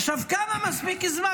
עכשיו, כמה זה מספיק זמן?